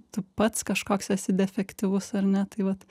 tu pats kažkoks esi defektyvus ar ne tai vat